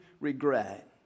regret